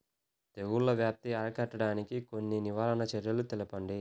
తెగుళ్ల వ్యాప్తి అరికట్టడానికి కొన్ని నివారణ చర్యలు తెలుపండి?